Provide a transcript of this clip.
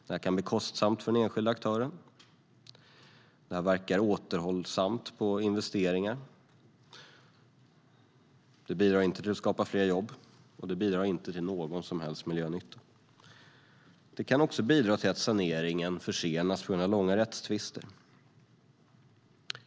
Detta kan bli kostsamt för den enskilde aktören, det verkar återhållande på investeringar, det bidrar inte till att skapa fler jobb och det bidrar inte till någon som helst miljönytta. Detta kan också bidra till att saneringen försenas på grund av långa rättstvister.